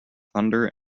thunder